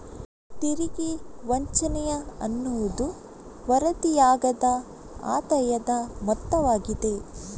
ತೆರಿಗೆ ವಂಚನೆಯ ಅನ್ನುವುದು ವರದಿಯಾಗದ ಆದಾಯದ ಮೊತ್ತವಾಗಿದೆ